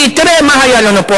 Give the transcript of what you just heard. כי תראה מה היה לנו פה,